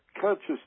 conscious